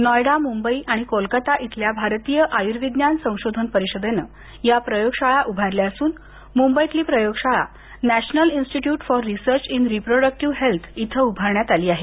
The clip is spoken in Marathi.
नॉयडा मुंबई आणि कोलकाता इथं भारतीय आयुर्विज्ञान संशोधन परिषदेनं या प्रयोगशाळा उभारल्या असून मुंबईतली प्रयोगशाळा national institute for research in reproductive health इथं उभारण्यात आली आहे